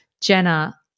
Jenna